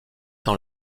dans